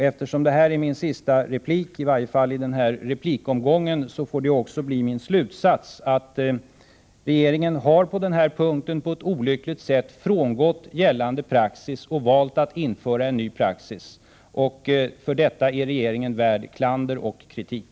Eftersom det här är min sista replik, i varje fall i den här replikomgången, får det bli min slutsats att regeringen på den här punkten på ett olyckligt sätt har frångått gällande praxis och valt att införa en ny. För detta är regeringen värd klander och kritik.